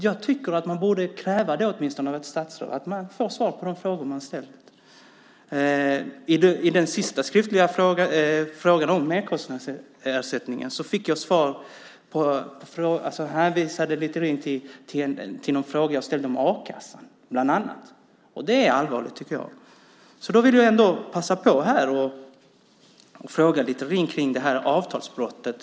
Jag tycker att man då kan kräva av ett statsråd att åtminstone få svar på de frågor man har ställt. Efter min senaste skriftliga fråga om merkostnadsersättningen hänvisade Littorin bland annat till en fråga jag har ställt om a-kassan. Det är allvarligt. Jag vill ändå passa på att fråga Littorin om avtalsbrottet.